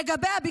אני מאמינה בך,